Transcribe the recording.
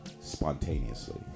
spontaneously